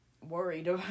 worried